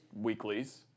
weeklies